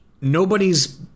nobody's